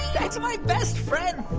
that's my best friend.